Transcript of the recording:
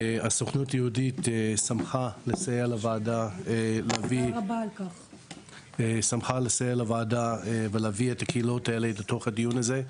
הסוכנות היהודית שמחה לסייע לוועדה להביא את הקהילות האלה לדיון הזה.